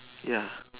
ya